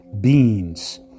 beans